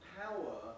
power